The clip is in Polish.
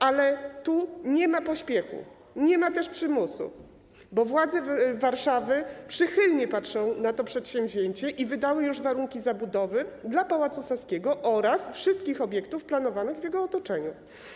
Ale tu nie ma pośpiechu, nie ma też przymusu, bo władze Warszawy przychylnie patrzą na to przedsięwzięcie i wydały już warunki zabudowy dla Pałacu Saskiego oraz wszystkich obiektów planowanych w jego otoczeniu.